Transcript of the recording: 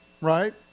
right